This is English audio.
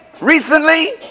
recently